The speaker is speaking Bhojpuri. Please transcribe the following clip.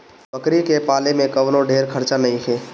बकरी के पाले में कवनो ढेर खर्चा नईखे